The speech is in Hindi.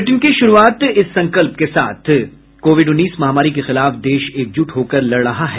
बुलेटिन की शुरूआत इस संकल्प के साथ कोविड उन्नीस महामारी के खिलाफ देश एकजुट होकर लड़ रहा है